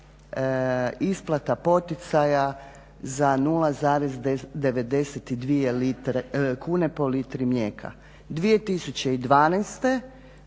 isplata poticaja za 0,92 kune po litri mlijeka. 2012.